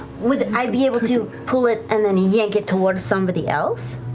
would i be able to pull it and then yank it towards somebody else?